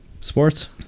Sports